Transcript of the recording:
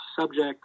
subject